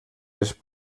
les